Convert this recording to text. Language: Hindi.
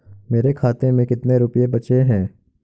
मेरे खाते में कितने रुपये बचे हैं?